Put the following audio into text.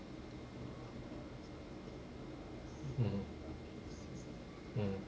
mm mm